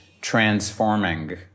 transforming